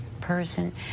person